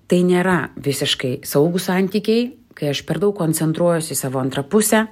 tai nėra visiškai saugūs santykiai kai aš per daug koncentruojuosi į savo antrą pusę